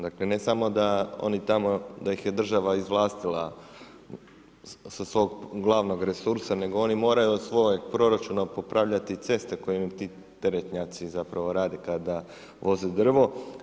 Dakle ne samo da ih je država izvlastila sa svog glavnog resursa, nego oni moraju od svog proračuna popravljati i ceste kojima ti teretnjaci rade kada voze drvo.